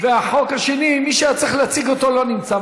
והחוק השני, מי שהיה צריך להציג אותו לא נמצא.